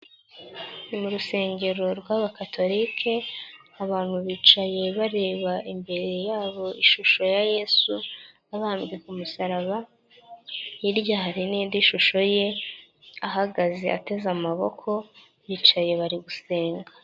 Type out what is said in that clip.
Ni mu rusengero rw'abakatolike abantu bicaye bareba imbere yabo ishusho ya yesu, wabambwe ku musaraba hirya hari n'indi shusho ye ahagaze ateze amaboko, bicaye bari gusenga.